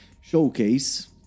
showcase